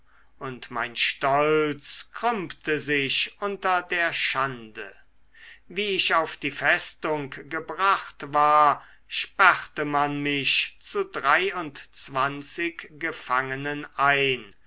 und mein stolz krümmte sich unter der schande wie ich auf die festung gebracht war sperrte man mich zu dreiundzwanzig gefangenen ein